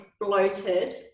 bloated